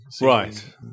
Right